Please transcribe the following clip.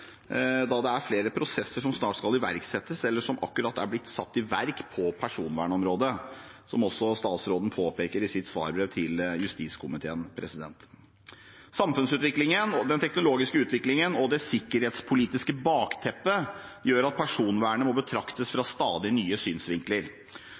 da det er flere prosesser som snart skal iverksettes, eller som akkurat er blitt satt i verk på personvernområdet, som også statsråden påpeker i sitt svarbrev til justiskomiteen. Samfunnsutviklingen og den teknologiske utviklingen og det sikkerhetspolitiske bakteppet gjør at personvernet må betraktes fra